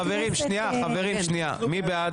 חברים, מי בעד?